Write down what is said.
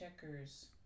checkers